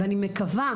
ואני מקווה,